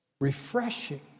Refreshing